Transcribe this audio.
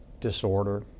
disorder